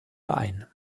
ein